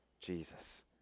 Jesus